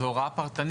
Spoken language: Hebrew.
זו הוראה פרטנית,